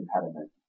impediment